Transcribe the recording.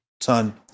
Son